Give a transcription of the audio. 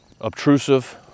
obtrusive